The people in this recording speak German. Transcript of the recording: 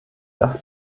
das